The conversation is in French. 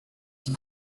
qui